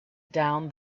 down